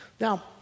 Now